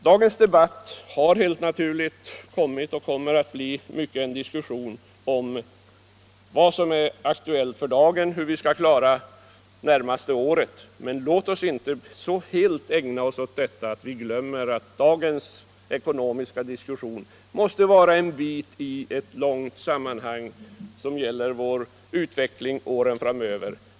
Dagens debatt har helt naturligt kommit att handla om vad som är aktuellt just nu, hur vi skall klara det närmaste året. Men låt oss inte så helt ägna oss åt detta att vi glömmer att dagens ekonomiska situation är en bit i ett stort sammanhang som gäller vår utveckling åren framöver.